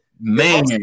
man